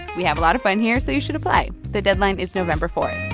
we have a lot of fun here, so you should apply. the deadline is november four